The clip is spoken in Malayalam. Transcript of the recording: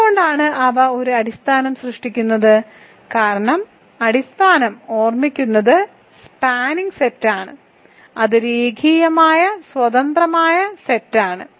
എന്തുകൊണ്ടാണ് അവ ഒരു അടിസ്ഥാനം സൃഷ്ടിക്കുന്നത് കാരണം അടിസ്ഥാനം ഓർമ്മിക്കുന്നത് സ്പാനിംഗ് സെറ്റാണ് അത് രേഖീയമായി സ്വതന്ത്രമായ സെറ്റാണ്